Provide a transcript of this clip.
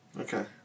Okay